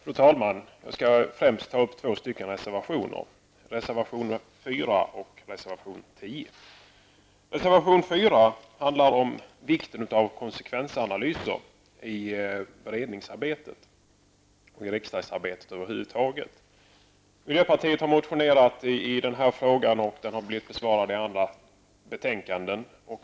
Fru talman! Jag skall främst ta upp två reservationer: reservation 4 och reservation 10. Reservation 4 handlar om vikten av konsekvensanalyser i beredningsarbetet och i riksdagsarbetet över huvud taget. Miljöpartiet har motionerat i den här frågan, och motionen har besvarats i andra betänkanden.